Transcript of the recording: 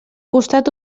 costat